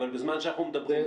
אבל בזמן שאנחנו מדברים,